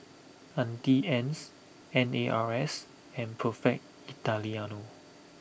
Auntie Anne's N A R S and Perfect Italiano